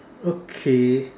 okay